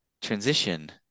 transition